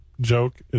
joke